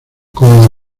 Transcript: como